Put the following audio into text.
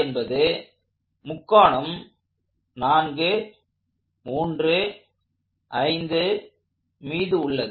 என்பது முக்கோணம் 435ன் மீது உள்ளது